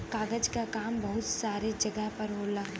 कागज क काम बहुत सारे जगह पर होला